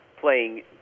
playing